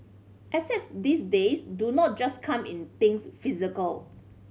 assets these days do not just come in things physical